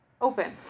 open